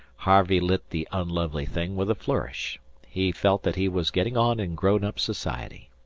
harvey lit the unlovely thing with a flourish he felt that he was getting on in grownup society.